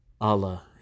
Allah